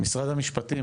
משרד המשפטים,